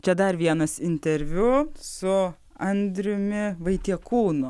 čia dar vienas interviu su andriumi vaitiekūnu